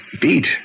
Beat